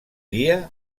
dia